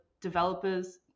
developers